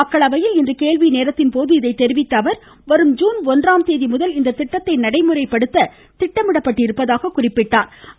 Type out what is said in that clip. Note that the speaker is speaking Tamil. மக்களவையில் இன்று கேள்விநேரத்தின் போது இதை தெரிவித்த அவர் வரும் ஜுன் ஒன்றாம் தேதி முதல் இத்திட்டத்தை நடைமுறைப்படுத்தப்பட்ட திட்டமிடப்பட்டுள்ளதாக கூறினா்